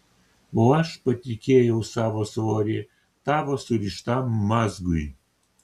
o aš patikėjau savo svorį tavo surištam mazgui